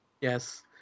Yes